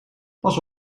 pas